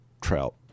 trout